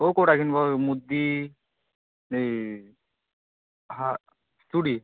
କେଉଁ କେଉଁଟା କିଣ୍ବ ମୁଦି ଏହି ହା ଚୁଡ଼ି